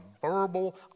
verbal